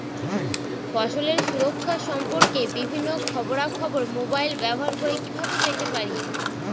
ফসলের সুরক্ষা সম্পর্কে বিভিন্ন খবরা খবর মোবাইল ব্যবহার করে কিভাবে পেতে পারি?